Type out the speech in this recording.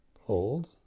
hold